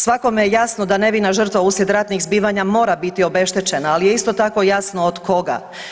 Svakome je jasno da nevina žrtva uslijed ratnih zbivanja mora biti obeštećena, ali je isto tako jasno od koga.